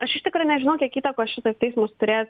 aš iš tikro nežinau kiek įtakos šitas teismas turės